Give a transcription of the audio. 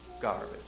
garbage